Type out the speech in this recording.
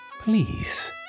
Please